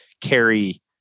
carry